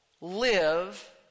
live